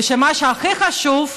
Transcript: ומה שהכי חשוב,